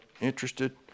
interested